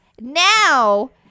now